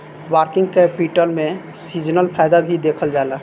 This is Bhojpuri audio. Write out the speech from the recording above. वर्किंग कैपिटल में सीजनल फायदा भी देखल जाला